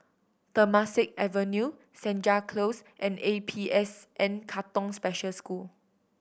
Temasek Avenue Senja Close and A P S N Katong Special School